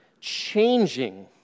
changing